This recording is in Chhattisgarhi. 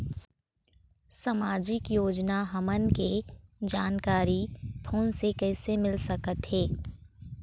सामाजिक योजना हमन के जानकारी फोन से कइसे मिल सकत हे?